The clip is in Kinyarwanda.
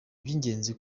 iby’ingenzi